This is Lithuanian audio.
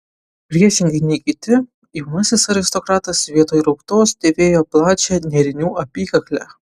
priešingai nei kiti jaunasis aristokratas vietoj rauktos dėvėjo plačią nėrinių apykaklę